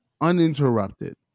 uninterrupted